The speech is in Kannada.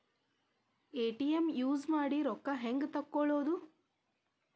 ಎ.ಟಿ.ಎಂ ಯೂಸ್ ಮಾಡಿ ರೊಕ್ಕ ಹೆಂಗೆ ತಕ್ಕೊಳೋದು?